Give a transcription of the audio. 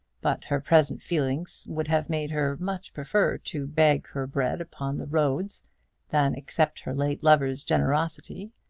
but her present feelings would have made her much prefer to beg her bread upon the roads than accept her late lover's generosity.